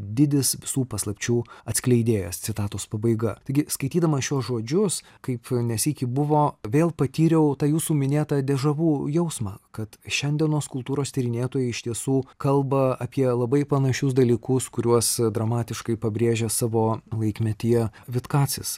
didis visų paslapčių atskleidėjas citatos pabaiga taigi skaitydamas šiuos žodžius kaip ne sykį buvo vėl patyriau tą jūsų minėtą dežavu jausmą kad šiandienos kultūros tyrinėtojai iš tiesų kalba apie labai panašius dalykus kuriuos dramatiškai pabrėžia savo laikmetyje vitkacis